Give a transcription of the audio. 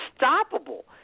unstoppable